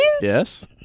Yes